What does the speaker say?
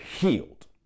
healed